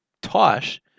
Tosh